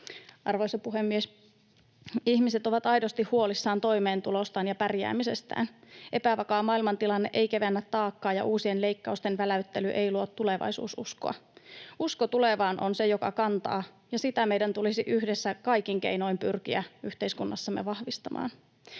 Arvoisa puhemies! Ihmiset ovat aidosti huolissaan toimeentulostaan ja pärjäämisestään. Epävakaa maailmantilanne ei kevennä taakkaa, ja uusien leikkausten väläyttely ei luo tulevaisuususkoa. Usko tulevaan on se, joka kantaa, ja sitä meidän tulisi yhdessä kaikin keinoin pyrkiä yhteiskunnassamme vahvistamaan.